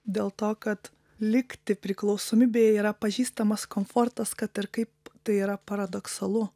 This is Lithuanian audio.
dėl to kad likti priklausomybėj yra pažįstamas komfortas kad ir kaip tai yra paradoksalu